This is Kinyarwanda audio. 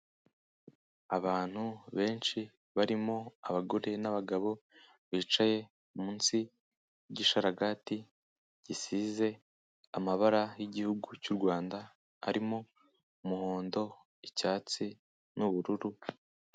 Abantu benshi barimo abagore n'abagabo, bicaye munsi y'igishararagati gisize amabara y'igihugu cy'u Rwanda, arimo umuhondo, icyatsi n'ubururu.